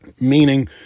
meaning